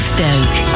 Stoke